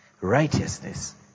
righteousness